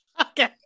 Okay